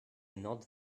not